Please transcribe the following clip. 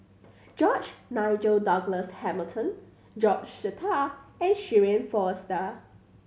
George Nigel Douglas Hamilton George Sita and Shirin Fozdar